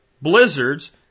blizzards